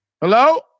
Hello